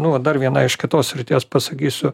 nu dar vieną iš kitos srities pasakysiu